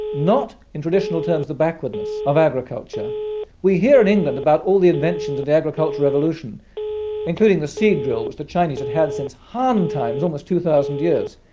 not in traditional terms the backwardness, of agriculture we hear in england about all the inventions of the agricultural revolution including the seed drill which the chinese had had since han times, almost two thousand years.